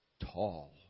tall